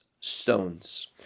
stones